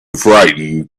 frightened